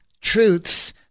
truths